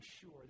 sure